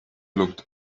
looked